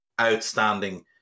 outstanding